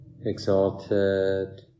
exalted